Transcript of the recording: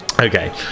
okay